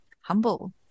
humble